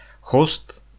host